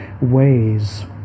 ways